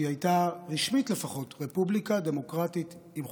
שהייתה, רשמית לפחות, רפובליקה דמוקרטית עם חוקה.